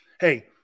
Hey